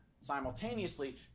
simultaneously